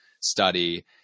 study